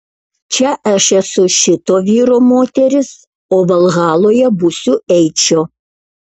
čia aš esu šito vyro moteris o valhaloje būsiu eičio